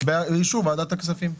באישור ועדת הכספים.